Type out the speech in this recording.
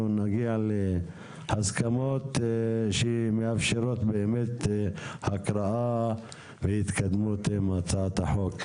נגיע להסכמות שמאפשרות הקראה והתקדמות עם הצעת החוק.